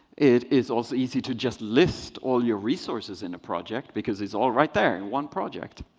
it is also easy to just list all your resources in a project, because it's all right there in one project.